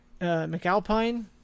McAlpine